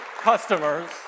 customers